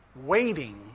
waiting